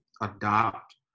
adopt